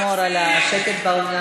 בואו נשמור על השקט באולם,